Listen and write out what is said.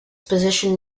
position